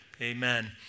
amen